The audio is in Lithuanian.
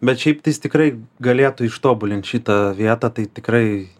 bet šiaip tais jis tikrai galėtų ištobulint šitą vietą tai tikrai